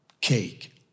cake